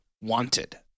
wanted